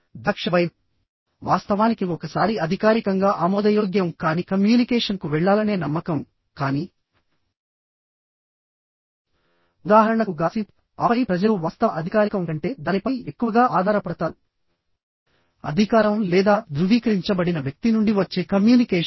ద్రాక్ష వైన్ వాస్తవానికి ఒకసారి అధికారికంగా ఆమోదయోగ్యం కాని కమ్యూనికేషన్కు వెళ్లాలనే నమ్మకం కానీ ఉదాహరణకు గాసిప్ ఆపై ప్రజలు వాస్తవ అధికారికం కంటే దానిపై ఎక్కువగా ఆధారపడతారు అధికారం లేదా ధృవీకరించబడిన వ్యక్తి నుండి వచ్చే కమ్యూనికేషన్